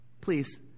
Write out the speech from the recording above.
Please